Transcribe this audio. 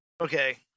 Okay